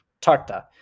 Tarta